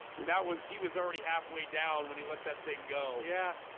that was he was already halfway down when he let that thing go yeah,